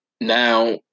Now